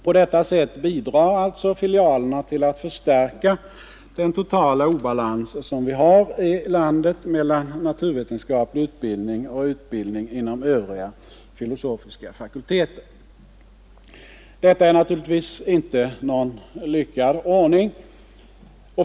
På detta sätt bidrar filialerna till att förstärka den totala obalans som vi har i landet mellan naturvetenskaplig utbildning och utbildning inom övriga filosofiska fakulteter. Detta är naturligtvis inte någon lyckad ordning.